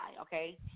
okay